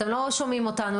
אתם לא שומעים אותם,